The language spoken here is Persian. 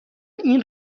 این